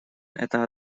это